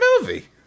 movie